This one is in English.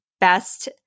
best